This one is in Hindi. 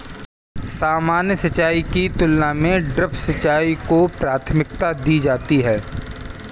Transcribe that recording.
सामान्य सिंचाई की तुलना में ड्रिप सिंचाई को प्राथमिकता दी जाती है